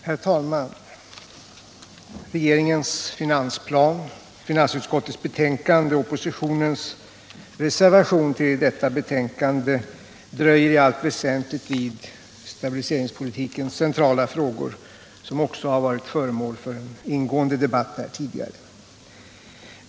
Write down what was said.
Herr talman! Regeringens finansplan, finansutskottets betänkande och oppositionens reservation till detta betänkande dröjer i allt väsentligt vid stabiliseringspolitikens centrala frågor, som också har varit föremål för en ingående debatt här tidigare.